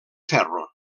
ferro